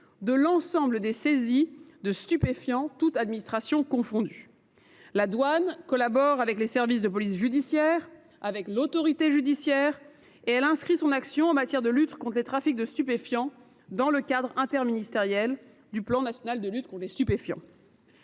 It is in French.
de 60 % à 75 % des saisies de stupéfiants, toutes administrations confondues. Elle collabore avec les services de police judiciaire et avec l’autorité judiciaire ; elle inscrit son action en matière de lutte contre les trafics de stupéfiants dans le cadre interministériel du plan national de lutte contre les stupéfiants.